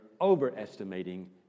overestimating